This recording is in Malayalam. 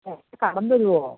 ജസ്റ്റ് കടം തരുമോ